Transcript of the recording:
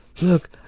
Look